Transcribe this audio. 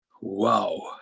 Wow